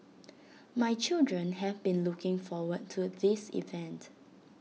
my children have been looking forward to this event